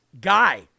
guy